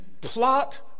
plot